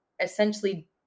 essentially